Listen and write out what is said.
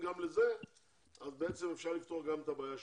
גם לזה אז אפשר לפתור גם את הבעיה השנייה.